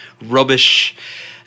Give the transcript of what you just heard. rubbish